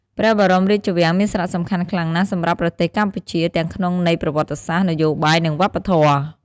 ព្រះបរមរាជវាំងមានសារៈសំខាន់ខ្លាំងណាស់សម្រាប់ប្រទេសកម្ពុជា ទាំងក្នុងន័យប្រវត្តិសាស្ត្រ នយោបាយ និងវប្បធម៌។